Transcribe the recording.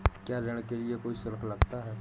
क्या ऋण के लिए कोई शुल्क लगता है?